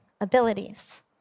abilities